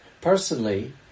personally